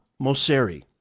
Mosseri